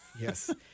Yes